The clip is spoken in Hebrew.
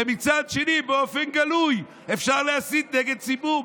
ומצד שני, באופן גלוי, אפשר להסית נגד ציבור.